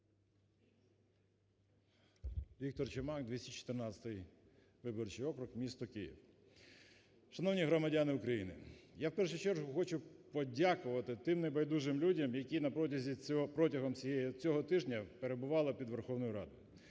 Віктор Чумак, 214 виборчий округ, місто Київ. Шановні громадяни України! Я в першу чергу хочу подякувати тим не байдужим людям, які протягом цього тижня перебувала під Верховною Радою,